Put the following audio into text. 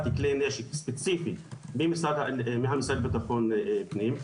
כלי נשק ספציפי מהמשרד לביטחון פנים,